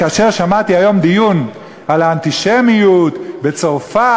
כאשר שמעתי היום דיון על האנטישמיות בצרפת,